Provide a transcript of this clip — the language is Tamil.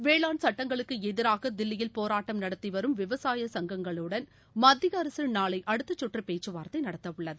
வேளாண் சட்டங்களுக்குஎதிராகதில்லியில் போராட்டம் நடத்திவரும் விவசாய சங்கங்களுடன் மத்திய அரசுநாளை அடுத்தசுற்று பேச்சுவார்த்தை நடத்தஉள்ளது